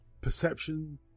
perception